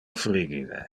frigide